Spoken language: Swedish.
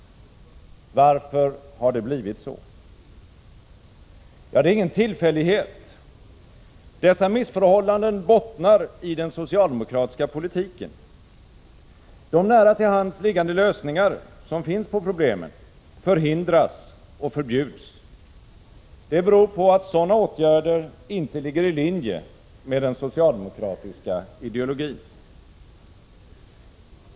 Varför har det blivit så? Ja, det är ingen tillfällighet. Dessa missförhållanden bottnar i den socialdemokratiska politiken. De nära till hands liggande lösningar som finns på problemen förhindras och förbjuds. Det beror på att sådana åtgärder inte ligger i linje med den socialdemokratiska ideologin.